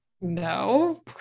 no